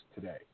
today